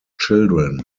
children